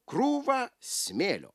krūvą smėlio